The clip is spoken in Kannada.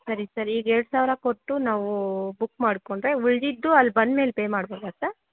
ಸರಿ ಸರ್ ಈಗ ಎರಡು ಸಾವಿರ ಕೊಟ್ಟು ನಾವು ಬುಕ್ ಮಾಡಿಕೊಂಡ್ರೆ ಉಳಿದಿದ್ದು ಅಲ್ಲಿ ಬಂದ್ಮೇಲೆ ಪೇ ಮಾಡ್ಬೋದಾ ಸರ್